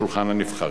שולחן הנבחרים.